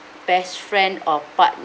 best friend or partner